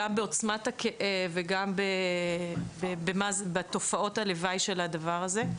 גם בעוצמת הכאב וגם בתופעות הלוואי של הדבר הזה.